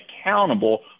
accountable